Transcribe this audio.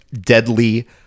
deadly